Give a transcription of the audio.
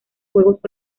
juegos